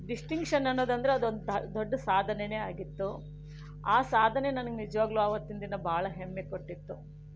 distinction ಅನ್ನೋದಂದ್ರೆ ಅದೊಂದು ಧ ದೊಡ್ಡ ಸಾಧನೆಯೇ ಆಗಿತ್ತು ಆ ಸಾಧನೆ ನನಗೆ ನಿಜವಾಗಲೂ ಆವತ್ತಿನ ದಿನ ಬಹಳ ಹೆಮ್ಮೆ ಕೊಟ್ಟಿತ್ತು